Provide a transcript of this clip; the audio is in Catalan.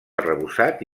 arrebossat